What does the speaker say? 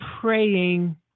praying